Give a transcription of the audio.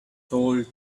solemn